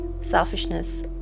selfishness